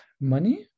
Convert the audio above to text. money